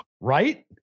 Right